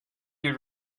you